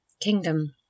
Kingdom